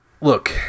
Look